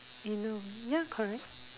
you know ya correct